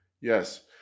Yes